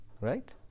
right